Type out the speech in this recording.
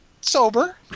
sober